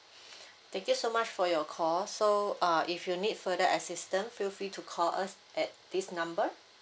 thank you so much for your call so uh if you need further assistant feel free to call us at this number